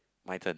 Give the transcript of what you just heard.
my turn